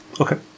Okay